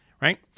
Right